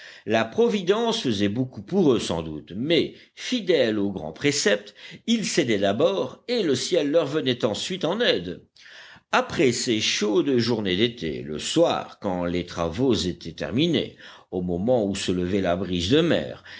la providence faisait beaucoup pour eux sans doute mais fidèles au grand précepte ils s'aidaient d'abord et le ciel leur venait ensuite en aide après ces chaudes journées d'été le soir quand les travaux étaient terminés au moment où se levait la brise de mer